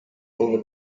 over